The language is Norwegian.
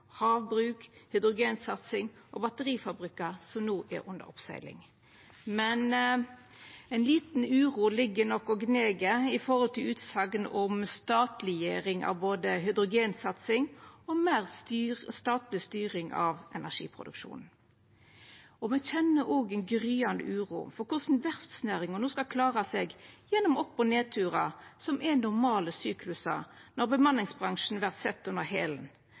havbruk, hydrogensatsing og batterifabrikkar, som no er under oppsegling. Men ei lita uro ligg nok og gneg når det gjeld utsegner om statleggjering av hydrogensatsing og meir statleg styring av energiproduksjonen. Me kjenner òg ein gryande uro for korleis verftsnæringa no skal klara seg gjennom opp- og nedturar, som er normale syklusar, når bemanningsbransjen vert sett under